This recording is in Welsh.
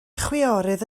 chwiorydd